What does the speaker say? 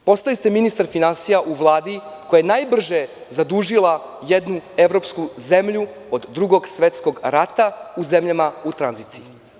Postali ste ministar finansija u Vladi koja je najbrže zadužila jednu evropsku zemlju od Drugog svetskog rata u zemljama u tranziciji.